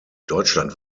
deutschland